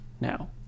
now